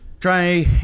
Try